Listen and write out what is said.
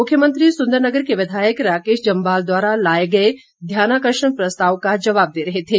मुख्यमंत्री सुंदरनगर के विधायक राकेश जम्वाल द्वारा लाए गए ध्यानाकर्षण प्रस्ताव का जवाब दे रहे थे